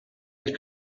had